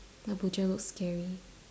the butcher looks scary